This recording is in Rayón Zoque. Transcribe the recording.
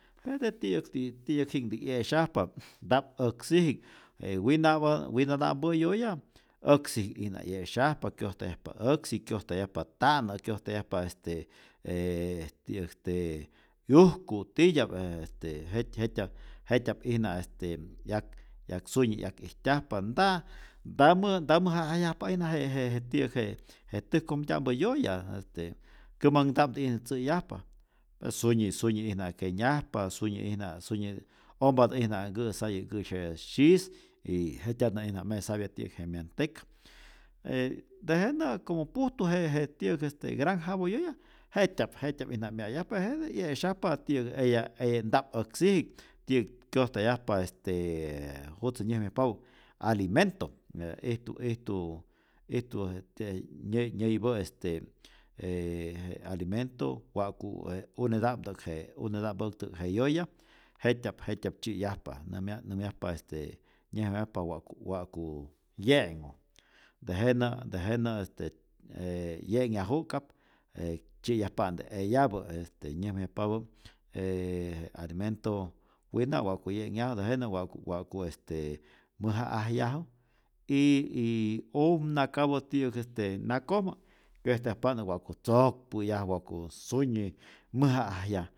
Jete ti'yäkti ti'yäkji'knhti 'yesyajpa, nta'p äksiji'k, je winapä winata'mpä yoya äksiji'k'ijna 'yesyajpa, kyojtayajpa äksi, kyojtayajpa tä'nä', kyojtayajpa este ee ti'yäk este 'yujku' titya'p e este jet jet'tya'p jet'tya'p'ijna este 'yak 'yak sunyi 'yak'ijtyajpa, nta nta mä nta mäja'ajyajpa'ijna je je je ti'yäk je je täjkojmtya'mpä yoya, este kämanhta'mti'ij tzä'yajpa pe sunyi sunyi'ijna kenyajpa, sunyi'ijna syunyi ompatä'ijna nkä'sayä nkäsye' syis y jetyantä'ijna mesapya ti'yäk je myanteka, e tejenä como pujtu je je ti'yäk este granjapä yoya jetya'p tetyap'ijna mya'yajpa, pe jete 'yesyajpa ti'yäk eya eya nta'p äksiji'k ti'yäk kyojtayajpa est jutzä nyäjmayajpapä alimento, e ijtu ijtu ijtu je este nye nyäyipä' este ee je alimento wa'ku e uneta'mtä'k je uneta'mpäptä'k je yoya jet'tya'p jetyap tzyi'yajpa nämyaj nämyjapa este nyäjmayajpa wa'ku wa'ku 'ye'nhu, tejenä tejenä este ee 'ye'nyaju'ka'p e tzyi'yajpa'nte eyapä este nyäjmayajpapä j alimento, wina wa'ku 'ye'nhyaju, tejenä wa'ku wa'ku este mäja'ajyaju y y umnakapä ti'yäk este nakojmä kyojtayajpa'nte wa'ku tzookpäyaju, wa'ku sunyi mäja'ajyaj